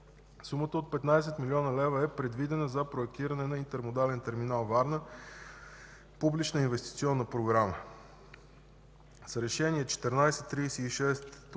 Сумата от 15 млн. лв. е предвидена за проектиране на „Интермодален терминал Варна” (публична инвестиционна програма). С Решение №